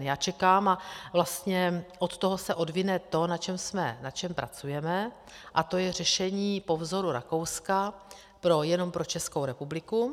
Já čekám, a vlastně od toho se odvine to, na čem pracujeme, a to je řešení po vzoru Rakouska jenom pro Českou republiku.